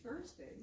Thursday